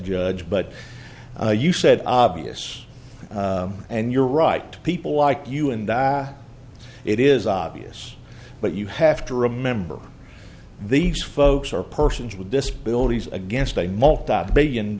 judge but you said obvious and you're right people like you and it is obvious but you have to remember these folks are persons with disabilities against a multibillion